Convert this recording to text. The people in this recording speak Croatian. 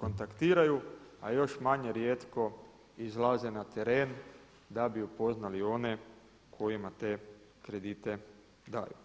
kontaktiraju a još manje rijetko izlaze na teren da bi upoznali one kojima te kredite daju.